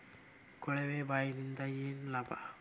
ಕೊಳವೆ ಬಾವಿಯಿಂದ ಏನ್ ಲಾಭಾ?